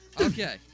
Okay